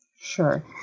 Sure